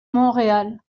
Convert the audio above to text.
montréal